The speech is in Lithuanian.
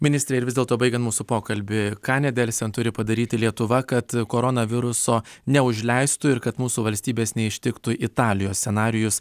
ministre ir vis dėlto baigiant mūsų pokalbį ką nedelsiant turi padaryti lietuva kad koronaviruso neužleistų ir kad mūsų valstybės neištiktų italijos scenarijus